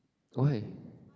why